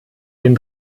den